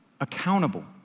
accountable